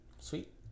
sweet